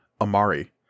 Amari